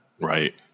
Right